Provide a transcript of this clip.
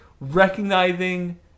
recognizing